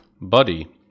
body